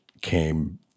came